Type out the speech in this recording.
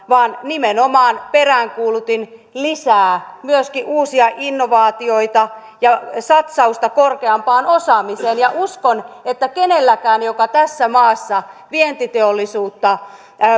vaan nimenomaan peräänkuulutin lisää myöskin uusia innovaatioita ja satsausta korkeampaan osaamiseen uskon ettei kenelläkään joka tässä maassa vientiteollisuutta